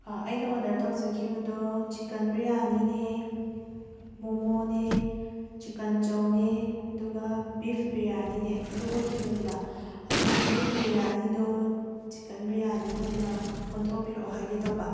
ꯑꯩꯅ ꯑꯣꯗꯔ ꯇꯧꯖꯈꯤꯕꯗꯣ ꯆꯤꯛꯀꯟ ꯕꯤꯔꯌꯥꯅꯤꯅꯦ ꯃꯣꯃꯣꯅꯦ ꯆꯤꯛꯀꯟ ꯆꯧꯅꯦ ꯑꯗꯨꯒ ꯕꯤꯐ ꯕꯤꯔꯌꯥꯅꯤꯅꯦ ꯑꯗꯨ ꯑꯣꯏꯈꯤꯕꯅꯦꯕ ꯑꯗꯣ ꯕꯤꯐ ꯕꯤꯔꯌꯥꯅꯤꯗꯣ ꯆꯤꯛꯀꯟ ꯕꯤꯔꯌꯥꯅꯤ ꯑꯣꯏꯅ ꯑꯣꯟꯊꯣꯛꯄꯤꯔꯛꯑꯣ ꯍꯥꯏꯒꯦ ꯇꯧꯕ